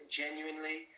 genuinely